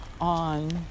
on